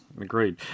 Agreed